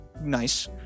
nice